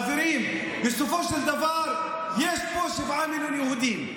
חברים, בסופו של דבר יש פה שבעה מיליון יהודים.